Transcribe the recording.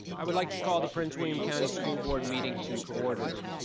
i would like to call the prince william county school board meeting to order,